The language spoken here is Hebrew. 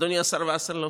אדוני השר וסרלאוף?